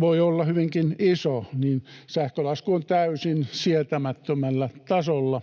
voi olla hyvinkin iso, niin sähkölasku on täysin sietämättömällä tasolla.